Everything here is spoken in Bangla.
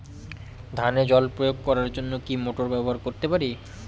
ধানে জল প্রয়োগ করার জন্য কি মোটর ব্যবহার করতে পারি?